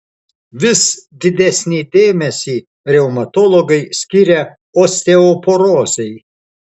vis didesnį dėmesį reumatologai skiria osteoporozei